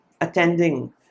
attending